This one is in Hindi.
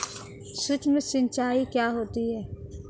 सुक्ष्म सिंचाई क्या होती है?